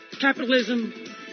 capitalism